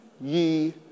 ye